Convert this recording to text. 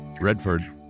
Redford